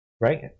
right